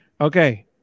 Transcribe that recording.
Okay